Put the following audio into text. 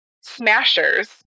Smashers